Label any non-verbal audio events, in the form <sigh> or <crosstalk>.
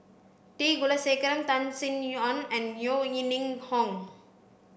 T Kulasekaram Tan Sin Aun and Yeo <unintelligible> Ning Hong